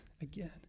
again